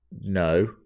No